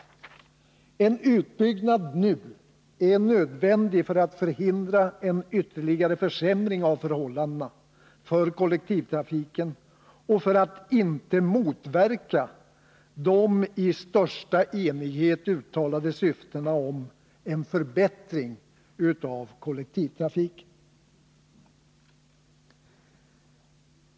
En utbyggnad nu är nödvändig för att förhindra en ytterligare försämring av förhållandena för kollektivtrafiken och för att inte motverka de i största enighet uttalade syftena att förbättra kollektivtrafiken.